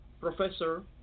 professor